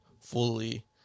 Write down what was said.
fully